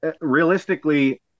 realistically